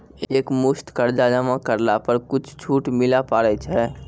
एक मुस्त कर्जा जमा करला पर कुछ छुट मिले पारे छै?